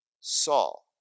Saul